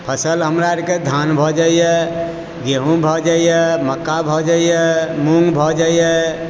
फसल हमरा अरके धान भऽ जाइए गेहू भऽ जाइए मक्का भऽ जाइए मूंग भऽ जाइए